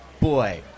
Boy